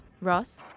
Ross